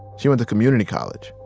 she went to community college.